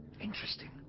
Interesting